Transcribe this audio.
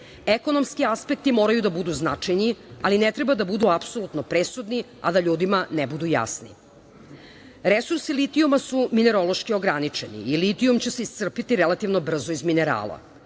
Ekonomski aspekti moraju da budu značajni, ali ne treba da budu apsolutno presudni, a da ljudima ne budu jasni. Resursi litijuma su minerološki ograničeni i litijum će se iscrpiti relativno brzo iz minerala.